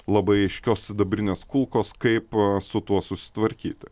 labai aiškios sidabrinės kulkos kaip su tuo susitvarkyti